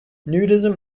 nudism